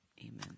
amen